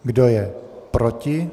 Kdo je proti?